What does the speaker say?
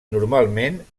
normalment